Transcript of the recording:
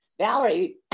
valerie